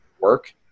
work